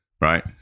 Right